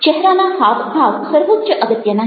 ચહેરાના હાવભાવ સર્વોચ્ચ અગત્યના છે